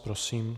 Prosím.